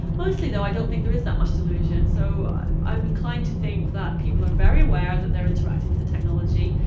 mostly, though, i don't think there is that much delusion. so i'm inclined to think that people are very aware that they're interacting with the technology,